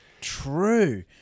True